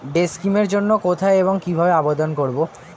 Day scheme এর জন্য কোথায় এবং কিভাবে আবেদন করব?